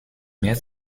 mehr